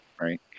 Right